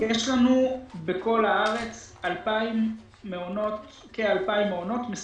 יש לנו בכל הארץ כ-2,000 מעונות מסובסדים.